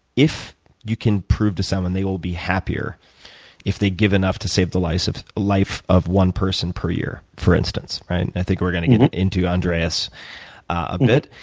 if you can prove to someone they will be happier if they give enough to save the life of life of one person per year, for instance, right? i think we're going to get and into andreas a bit.